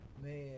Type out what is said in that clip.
Man